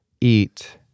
eat